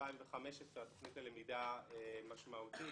2015 התוכנית ללמידה משמעותית.